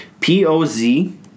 P-O-Z